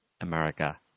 America